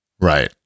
Right